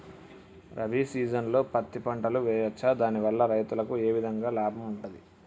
రబీ సీజన్లో పత్తి పంటలు వేయచ్చా దాని వల్ల రైతులకు ఏ విధంగా లాభం ఉంటది?